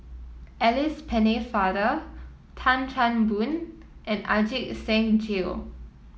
Alice Pennefather Tan Chan Boon and Ajit Singh Gill